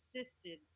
assisted